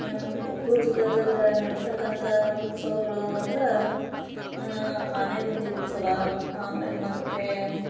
ನಮ್ಮ ಕೊಪ್ಳ ಜಿಲ್ಲೆದಾಗೆ ನಡಿತಕ್ಕಂತ ಉತ್ಸವಗಳು ಅಂದ್ರೆ ಆನೆಗುಂದಿ ಉತ್ಸವ ಆಮೇಲೆ ಮತ್ತೆ